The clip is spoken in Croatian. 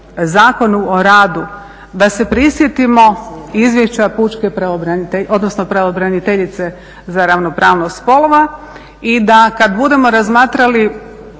Zakonu o radu, da se prisjetimo izvješća pučke pravobraniteljice, odnosno pravobraniteljice za ravnopravnost spolova i da kad budemo razmatrali